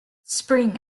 spring